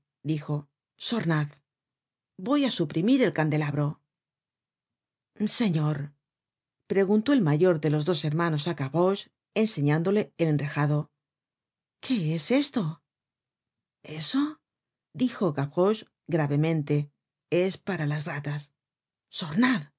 dijo sornad voy á suprimir el candelabro señor preguntó el mayor de los dos hermanos á gavroche enseñándole el enrejado qué es esto eso dijo gavroche gravemente es para las ralas sornad